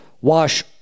wash